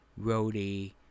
roadie